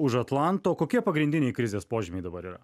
už atlanto kokie pagrindiniai krizės požymiai dabar yra